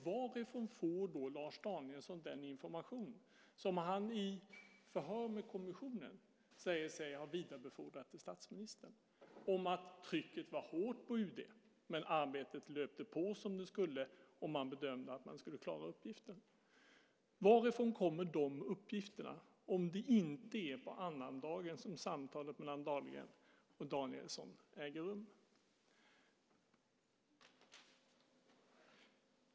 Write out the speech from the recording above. Varifrån får då Lars Danielsson den information som han i förhör med kommissionen säger sig ha vidarebefordrat till statsministern om att trycket var hårt på UD, men att arbetet löpte på som det skulle och att man bedömde att man skulle klara uppgiften? Varifrån kommer de uppgifterna om det inte är på annandagen som samtalet mellan Dahlgren och Danielsson äger rum?